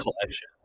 collection